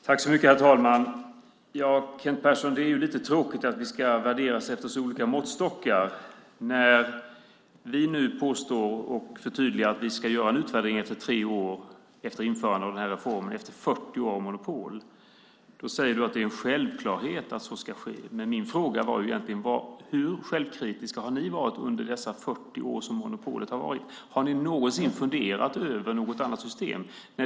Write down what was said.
Herr talman! Det är lite tråkigt att vi ska värderas efter så olika måttstockar, Kent Persson. När vi nu påstår och förtydligar att vi ska göra en utvärdering efter tre år efter införandet av reformen efter 40 år av monopol säger du att det är en självklarhet att så ska ske. Min fråga var egentligen: Hur självkritiska har ni varit under de 40 år som monopolet har varit? Har ni någonsin funderat över något annat system?